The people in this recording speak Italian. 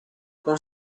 con